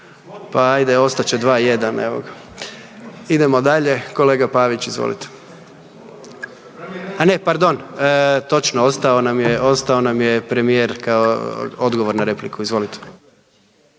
pa ajde ostat će 2:1, evo ga. Idemo dalje, kolega Pavić, izvolite. A ne, pardon, točno, ostao nam je, ostao nam je premijer kao odgovor na repliku, izvolite.